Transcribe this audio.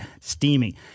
steamy